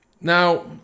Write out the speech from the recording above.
Now